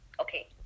Okay